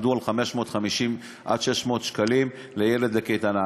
עמדו על 550 עד 600 שקלים לילד לקייטנה.